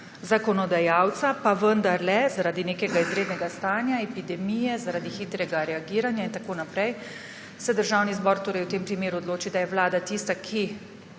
zakonodajalca, pa vendarle se zaradi nekega izrednega stanja, epidemije, zaradi hitrega reagiranja in tako naprej Državni zbor v tem primeru odloči, da je Vlada tista, ki